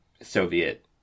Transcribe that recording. Soviet